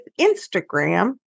Instagram